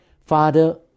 Father